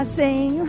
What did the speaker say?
sing